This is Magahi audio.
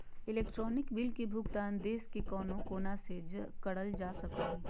इलेक्ट्रानिक बिल के भुगतान देश के कउनो कोना से करल जा सको हय